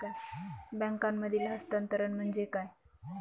बँकांमधील हस्तांतरण म्हणजे काय?